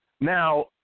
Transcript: Now